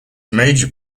major